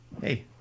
Hey